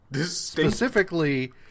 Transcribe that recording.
specifically